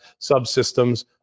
subsystems